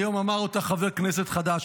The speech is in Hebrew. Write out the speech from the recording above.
היום אמר אותן חבר כנסת חדש.